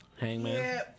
Hangman